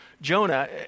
Jonah